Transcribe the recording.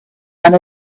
and